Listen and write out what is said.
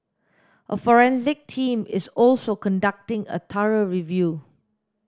a forensic team is also conducting a thorough review